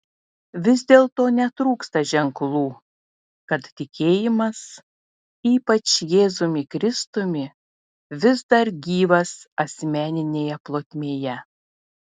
vis dėlto netrūksta ženklų kad tikėjimas ypač jėzumi kristumi vis dar gyvas asmeninėje plotmėje